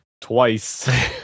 Twice